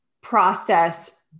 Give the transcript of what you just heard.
process